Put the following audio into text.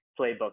playbook